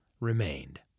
remained